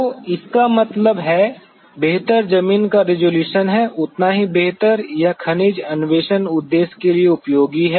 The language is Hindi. तो इसका मतलब है बेहतर जमीन का रिज़ॉल्यूशन है उतना ही बेहतर यह खनिज अन्वेषण उद्देश्य के लिए उपयोगी है